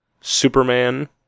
Superman